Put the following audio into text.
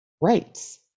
rights